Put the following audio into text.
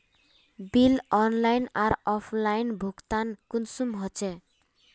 Bill online आर offline भुगतान कुंसम होचे?